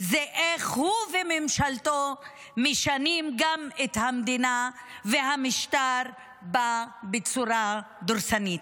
זה על איך הוא וממשלתו משנים גם את המדינה והמשטר בה בצורה דורסנית.